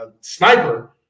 sniper